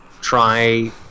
try